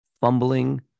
fumbling